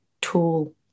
tool